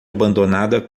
abandonada